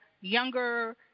younger